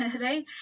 right